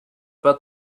about